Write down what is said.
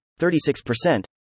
36%